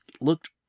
looked